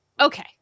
okay